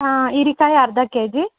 ಹಾಂ ಹೀರೆಕಾಯಿ ಅರ್ಧ ಕೆ ಜಿ